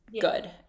good